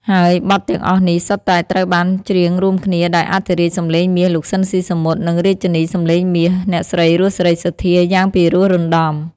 ហើយបទទាំងអស់នេះសុទ្ធតែត្រូវបានច្រៀងរួមគ្នាដោយអធិរាជសំឡេងមាស លោក ស៊ីន ស៊ីសាមុត និងរាជិនីសំឡេងមាស អ្នកស្រី រស់ សេរីសុទ្ធាយ៉ាងពីរោះរណ្តំ។